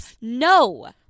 no